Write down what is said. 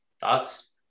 Thoughts